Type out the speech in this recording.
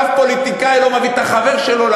ואף פוליטיקאי לא מביא את החבר שלו.